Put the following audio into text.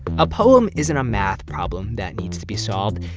a poem isn't a math problem that needs to be solved.